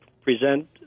present